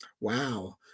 Wow